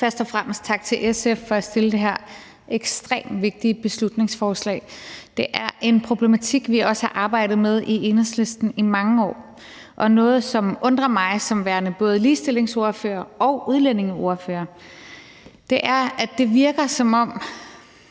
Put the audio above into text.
Først og fremmest tak til SF for at fremsætte det her ekstremt vigtige beslutningsforslag. Det er en problematik, vi også har arbejdet med i Enhedslisten i mange år. Noget, som undrer mig som både ligestillingsordfører og udlændingeordfører, er, at det virker, som om